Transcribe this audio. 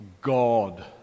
God